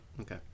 Okay